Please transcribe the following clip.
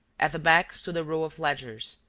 at the back stood a row of ledgers,